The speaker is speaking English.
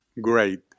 Great